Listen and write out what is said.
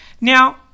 now